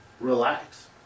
relax